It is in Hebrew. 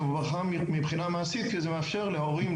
זו ברכה מבחינה מעשית כי זה מאפשר להורים,